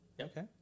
okay